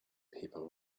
people